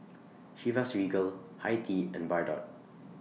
Chivas Regal Hi Tea and Bardot